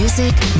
Music